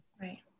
Right